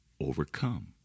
overcome